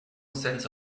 sense